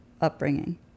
upbringing